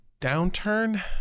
downturn